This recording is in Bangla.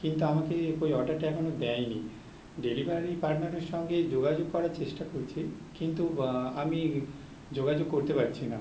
কিন্তু আমাকে কই অর্ডারটা এখনও দেয়নি ডেলিভারি পার্টনারের সঙ্গে যোগাযোগ করার চেষ্টা করছি কিন্তু আমি যোগাযোগ করতে পারছি না